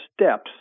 steps